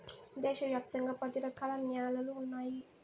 దేశ వ్యాప్తంగా పది రకాల న్యాలలు ఉన్నాయి